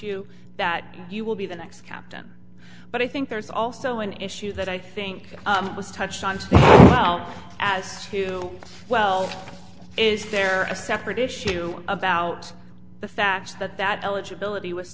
you that you will be the next captain but i think there's also an issue that i think it was touched on as well is there a separate issue about the fact that that eligibility was